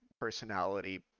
personality